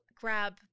grab